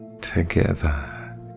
together